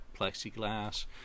plexiglass